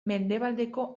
mendebaldeko